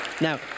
Now